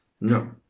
No